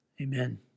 Amen